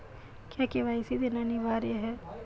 क्या के.वाई.सी देना अनिवार्य है?